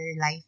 life